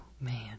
man